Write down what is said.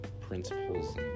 principles